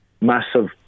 massive